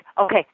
okay